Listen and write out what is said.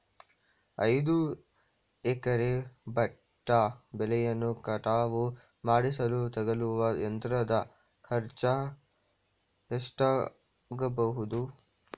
ಐದು ಎಕರೆ ಭತ್ತ ಬೆಳೆಯನ್ನು ಕಟಾವು ಮಾಡಿಸಲು ತಗಲುವ ಯಂತ್ರದ ಖರ್ಚು ಎಷ್ಟಾಗಬಹುದು?